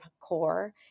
core